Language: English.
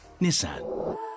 Nissan